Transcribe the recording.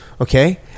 Okay